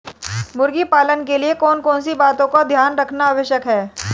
मुर्गी पालन के लिए कौन कौन सी बातों का ध्यान रखना आवश्यक है?